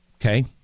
Okay